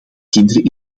kinderen